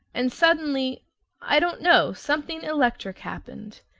and suddenly i don't know something electric happened.